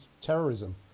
terrorism